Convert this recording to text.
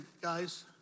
guys